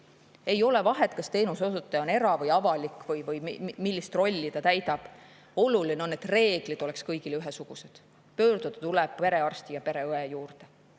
Ei ole vahet, kas teenuse osutaja on era[ettevõte] või avalik või millist rolli ta täidab. Oluline on, et reeglid oleks kõigile ühesugused – pöörduda tuleb perearsti ja pereõe juurde.